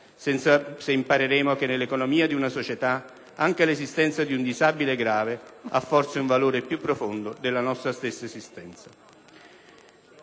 se impareremo che nell'economia di una società anche l'esistenza di un disabile grave ha forse un valore più profondo della nostra stessa esistenza.